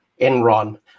Enron